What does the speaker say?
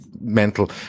mental